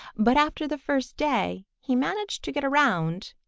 but after the first day he managed to get around.